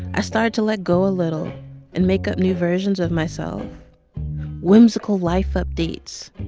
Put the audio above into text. i started to let go a little and make up new versions of myself whimsical life updates.